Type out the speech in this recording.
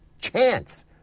chance